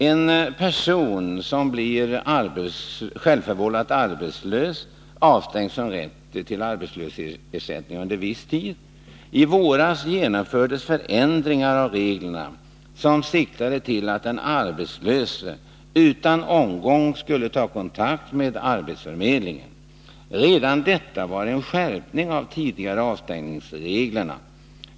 En person som självförvållat blir arbetslös avstängs från rätten till arbetslöshetsersättning under en viss tid. I våras genomfördes förändringar av reglerna som siktade till att den arbetslöse utan omgång skall ta kontakt med arbetsförmedlingen. Redan detta var en skärpning av de tidigare avstängningsreglerna.